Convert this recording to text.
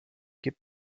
gib